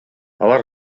алар